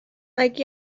like